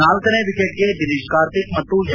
ನಾಲ್ಲನೇ ವಿಕೆಟ್ಗೆ ದಿನೇಶ್ ಕಾರ್ತಿಕ್ ಮತ್ತು ಎಂ